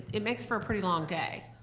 it makes for a pretty long day.